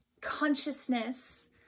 consciousness